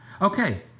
Okay